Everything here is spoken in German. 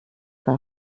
war